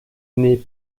née